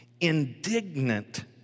Indignant